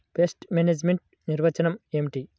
Pest management నిర్వచనం ఏమిటి?